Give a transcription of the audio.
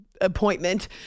appointment